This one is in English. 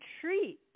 treat